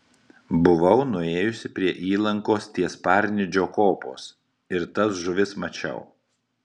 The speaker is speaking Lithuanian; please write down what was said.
buvau nuėjusi prie įlankos ties parnidžio kopos ir tas žuvis mačiau